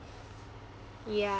ya